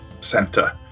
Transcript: center